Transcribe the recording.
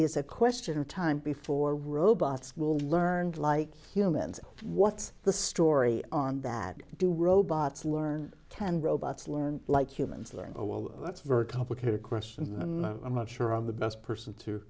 is a question of time before robots will be learned like humans what's the story on that do robots learn ten robots learn like humans learn well that's very complicated question and i'm not sure on the best person to